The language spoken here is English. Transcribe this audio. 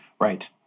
Right